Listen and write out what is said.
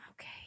okay